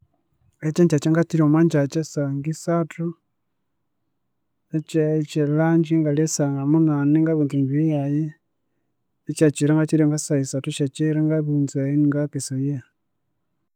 Ekyengyakya ngakyirya omwangyakya saha ngisathu. Ekye ekyelunch ngalya yasaha munani ngabiwunza emibiri yayi, ekyekyiro ngakyira ngasaha isathu syekyiru ngabiwunza eri- iningayakesaya